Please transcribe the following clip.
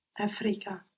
Afrika